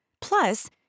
plus